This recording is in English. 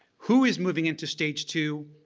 who is moving into stage two,